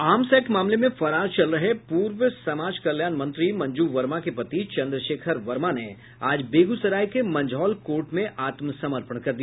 arms Act मामले में फरार चल रहे पूर्व समाज कल्याण मंत्री मंजू वर्मा के पति चंद्रशेखर वर्मा ने आज बेगूसराय के मंझौल कोर्ट में आत्मसमर्पण कर दिया